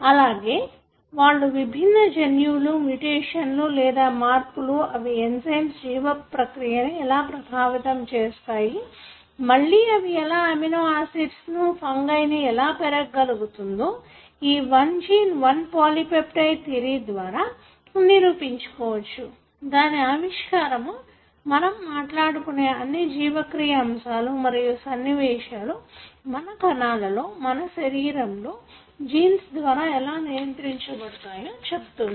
అలాగే వాళ్ళు విభిన్న జన్యువులు మ్యుటేషన్ లు లేదా మార్పులు అవి ఎంజయ్మ్స్ జీవక్రియను ఎలా ప్రభావితము చేస్తాయి మళ్ళీ అవి ఎలా అమినోయాసిడ్స్ ను ఫంగై ని ఎలా పెరగగలుగుతుందో ఈ one gene one polypeptide theory ద్వారా నిరూపించు కోవచ్చు దాని ఆవిష్కారము మనం మాట్లాడుకున్న అన్ని జీవక్రియ అంశాలు మరియు సన్నివేశాలు మన కణాలలో మరియు శరీరంలో జీన్స్ ద్వారా ఎలా నియంత్రించ బడతాయో చెబుతుంది